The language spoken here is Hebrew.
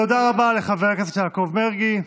תודה רבה לחבר הכנסת יעקב מרגי.